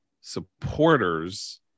supporters